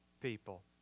people